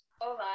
Hola